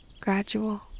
gradual